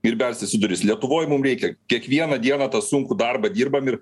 ir belstis į duris lietuvoj mum reikia kiekvieną dieną tą sunkų darbą dirbam ir